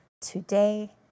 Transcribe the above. today